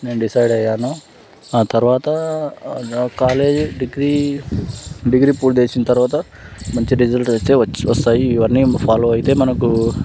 నేను డిసైడ్ అయ్యాను ఆ తర్వాత కాలేజీ డిగ్రీ డిగ్రీ పూర్తి చేసిన తర్వాత మంచి రిజల్ట్ అయితే వస్తాయి ఇవన్నీ ఫాలో అయితే మనకు